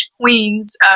Queen's